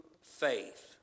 faith